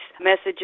messages